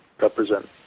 represent